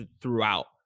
throughout